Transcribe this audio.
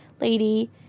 Lady